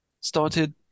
started